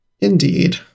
indeed